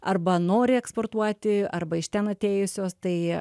arba nori eksportuoti arba iš ten atėjusios tai